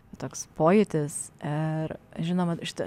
toks pojūtis ir žinoma šitų